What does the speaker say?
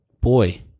boy